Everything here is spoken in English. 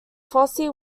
fosse